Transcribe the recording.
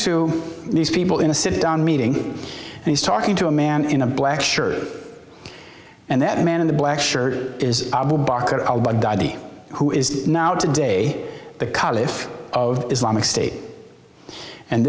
to these people in a sit down meeting and he's talking to a man in a black shirt and that man in the black shirt is the who is now today the college of islamic state and